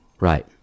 Right